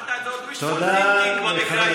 אפרטהייד זה עוד wishful thinking במקרה הישראלי.